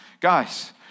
guys